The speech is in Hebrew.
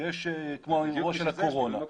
כמו האירוע של הקורונה,